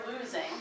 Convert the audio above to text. losing